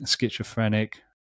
schizophrenic